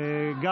גם,